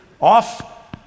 off